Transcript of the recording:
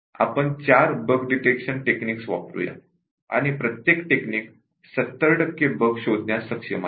आपण 4 bug detection technique वापरूया आणि प्रत्येक टेक्निक 70 टक्के बग्स शोधण्यास सक्षम आहे